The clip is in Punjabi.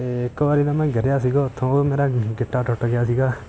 ਅਤੇ ਇੱਕ ਵਾਰੀ ਨਾ ਮੈਂ ਗਿਰਿਆ ਸੀਗਾ ਉੱਥੋਂ ਮੇਰਾ ਗਿੱਟਾ ਟੁੱਟ ਗਿਆ ਸੀਗਾ